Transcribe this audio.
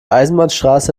eisenbahnstraße